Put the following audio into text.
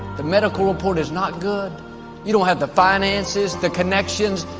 the medical report is not good you don't have the finances the connections.